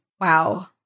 wow